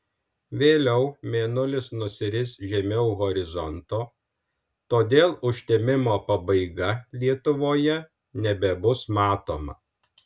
vėliau mėnulis nusiris žemiau horizonto todėl užtemimo pabaiga lietuvoje nebebus matoma